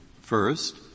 first